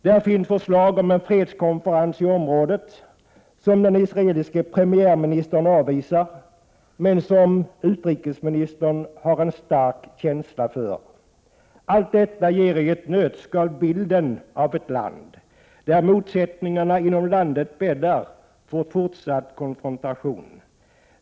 Det finns förslag om en fredskonferens i området, som den israeliske premiärministern avvisar men som utrikesministern har en stark känsla för. Allt detta ger i ett nötskal bilden av ett land där motsättningarna inom landet bäddar för fortsatt konfrontation.